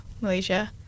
Malaysia